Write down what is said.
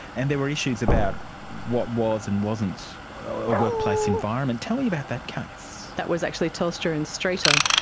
and there were issues about what was and wasn't a workplace environment. tell me about that case. that was actually telstra and streeter,